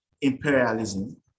imperialism